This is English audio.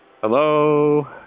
Hello